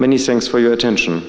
many things for your attention